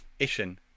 Ishin